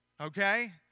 Okay